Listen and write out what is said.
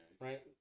right